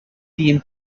theme